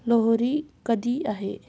लोहरी कधी आहे?